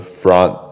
front